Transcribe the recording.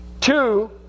Two